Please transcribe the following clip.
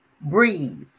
breathe